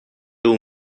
two